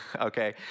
Okay